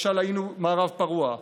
משל היינו מערב פרוע.